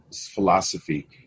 philosophy